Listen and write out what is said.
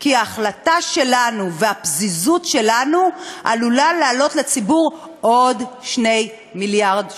כי ההחלטה שלנו והפזיזות שלנו עלולות לעלות לציבור עוד 2 מיליארד שקלים.